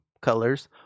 colors